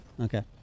Okay